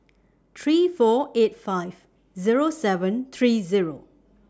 three four eight five Zero seven three Zero